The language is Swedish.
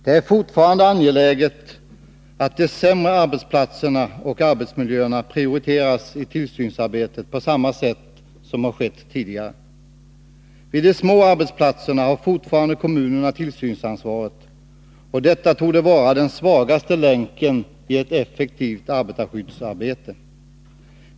Det är fortfarande angeläget att de sämre arbetsplatserna och arbetsmiljöerna prioriteras i tillsynsarbetet på samma sätt som har skett tidigare. Vid de små arbetsplatserna har fortfarande kommunerna tillsynsansvaret, och detta torde vara den svagaste länken i ett effektivt arbetarskyddsarbete.